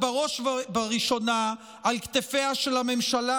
בראש ובראשונה על כתפיה של הממשלה,